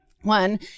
one